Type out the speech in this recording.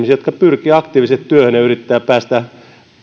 jotka pyrkivät aktiivisesti työhön ja yrittävät päästä